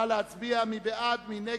אני מצביע על